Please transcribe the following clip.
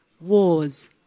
wars